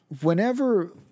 whenever